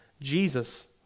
Jesus